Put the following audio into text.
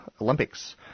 Olympics